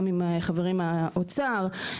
גם עם חברי מהאוצר,